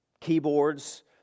keyboards